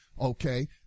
okay